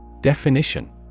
Definition